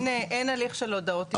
אין הליך של הודעות אישיות.